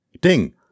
Ding